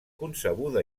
concebuda